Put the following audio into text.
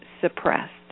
suppressed